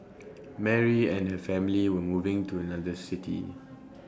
Mary and her family were moving to another city